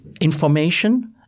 information –